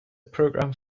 program